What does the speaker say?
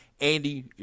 Andy